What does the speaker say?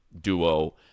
duo